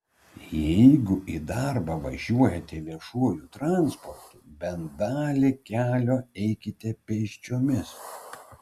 jeigu į darbą važiuojate viešuoju transportu bent dalį kelio eikite pėsčiomis